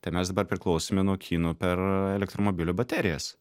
tai mes dabar priklausome nuo kinų per elektromobilių baterijas